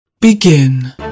Begin